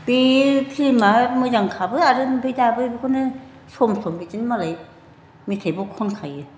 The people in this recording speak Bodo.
बेयो फिल्मआ मोजांखाबो आरो ओमफ्राय दाबो बेखौनो सम सम बिदिनो मालाय मेथाइबो खनखायो